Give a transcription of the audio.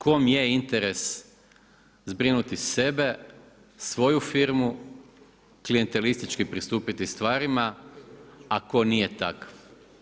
Kome je interes zbrinuti sebe, svoju firmu, klijentelistički pristupiti stvarima, a tko nije takav.